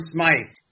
Smite